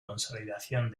consolidación